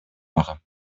mache